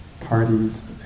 parties